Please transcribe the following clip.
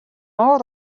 уур